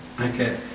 Okay